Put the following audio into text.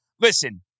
Listen